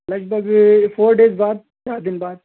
لگ بھگ four days بعد چار دن بعد